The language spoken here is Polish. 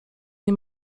nie